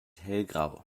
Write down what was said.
hellgrau